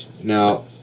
Now